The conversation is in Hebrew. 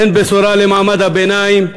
אין בשורה למעמד הביניים,